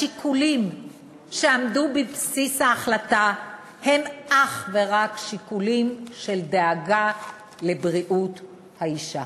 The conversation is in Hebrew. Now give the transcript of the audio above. השיקולים שעמדו בבסיס ההחלטה הם אך ורק שיקולים של דאגה לבריאות האישה.